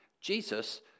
Jesus